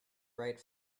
right